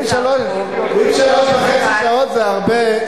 אם שלוש שעות וחצי זה הרבה,